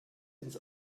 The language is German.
ins